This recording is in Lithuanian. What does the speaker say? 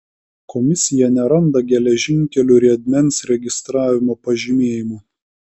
komisija neranda geležinkelių riedmens registravimo pažymėjimų